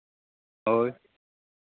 ᱦᱳᱭ